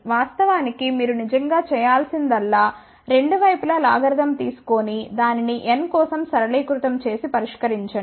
వాస్తవానికి మీరు నిజంగా చేయాల్సిందల్లా రెండు వైపులా లాగరిథం తీసుకొని దానిని n కోసం సరళీకృతం చేసి పరిష్కరించండి